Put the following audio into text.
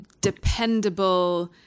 dependable